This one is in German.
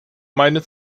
meine